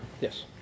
Yes